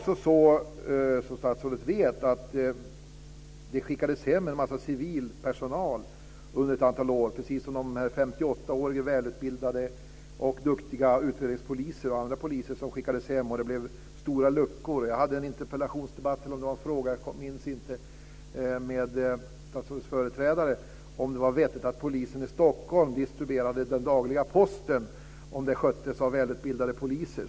Som statsrådet vet skickades det hem en massa civilpersonal under ett antal år, precis som de här 58 åriga välutbildade och duktiga utredningspoliserna och andra poliser skickades hem, och det blev stora luckor. Jag hade en debatt - jag minns inte om den gällde en interpellation eller en fråga - med statsrådets företrädare om det var vettigt att välutbildade poliser distribuerade den dagliga posten hos polisen i Stockholm.